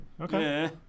Okay